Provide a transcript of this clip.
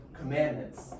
commandments